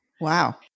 Wow